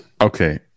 okay